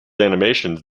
animations